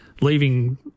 leaving